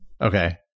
Okay